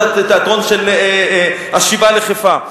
זה התיאטרון של "השיבה לחיפה".